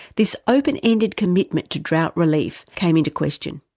this open-ended commitment to drought relief came into question.